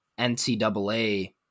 NCAA